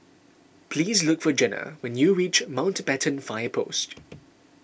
please look for Jenna when you reach Mountbatten Fire Post